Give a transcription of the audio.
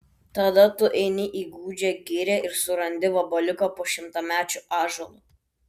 tada tu eini į gūdžią girią ir surandi vabaliuką po šimtamečiu ąžuolu